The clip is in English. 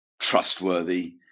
trustworthy